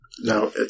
now